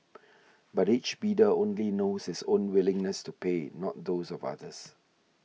but each bidder only knows his own willingness to pay not those of others